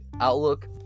outlook